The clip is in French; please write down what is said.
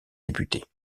députés